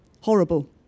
Horrible